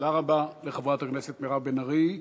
תודה רבה לחברת הכנסת מירב בן ארי.